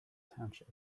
township